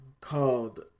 called